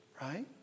right